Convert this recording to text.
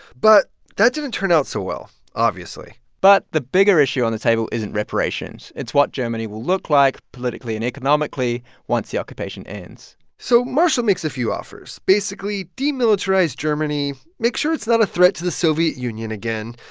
but that didn't turn out so well obviously but the bigger issue on the table isn't reparations. it's what germany will look like politically and economically once the occupation ends so marshall makes a few offers basically, demilitarize germany, make sure it's not a threat to the soviet union again,